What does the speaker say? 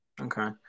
Okay